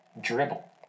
dribble